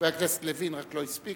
חבר הכנסת לוין לא הספיק,